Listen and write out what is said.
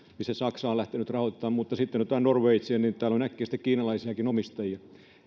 jota saksa on lähtenyt rahoittamaan mutta jos sitten otetaan norwegian niin täällä on äkkiä sitten kiinalaisiakin omistajia